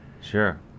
Sure